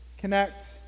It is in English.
connect